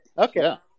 Okay